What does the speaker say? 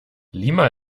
lima